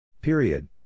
Period